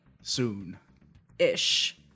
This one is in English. soon-ish